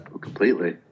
completely